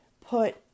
put